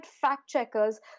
fact-checkers